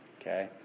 okay